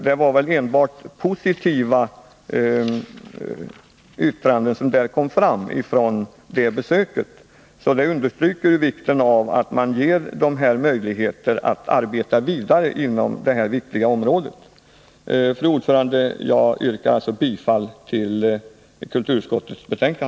Det var väl enbart positiva yttranden som kom fram vid det besöket. Det bestyrker vikten av att man ger gruppen möjligheter att arbeta vidare inom detta viktiga område. Fru talman! Jag yrkar bifall till kulturutskottets hemställan.